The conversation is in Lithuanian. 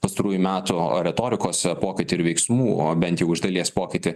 pastarųjų metų retorikos pokytį ir veiksmų bent iš dalies pokytį